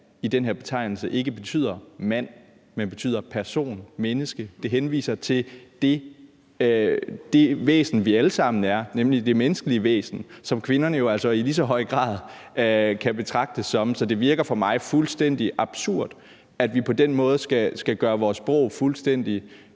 i den her sammenhæng ikke betyder »mand«, men betyder »person« eller »menneske«. Det henviser til det væsen, vi alle sammen er, nemlig det menneskelige væsen, som kvinderne jo altså i lige så høj grad kan betragtes som. Så det virker for mig fuldstændig absurd, at vi på den måde skal gøre vores sprog fuldstændig